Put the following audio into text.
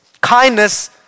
Kindness